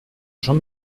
jean